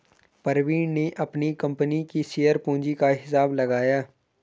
प्रवीण ने अपनी कंपनी की शेयर पूंजी का हिसाब लगाया